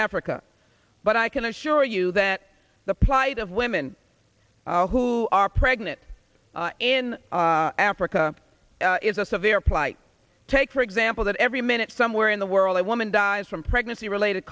africa but i can assure you that the plight of women who are pregnant in africa is a severe plight take for example that every minute somewhere in the world a woman dies from pregnancy related